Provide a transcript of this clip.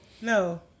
no